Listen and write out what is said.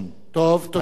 תודה.